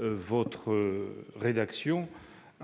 a en réalité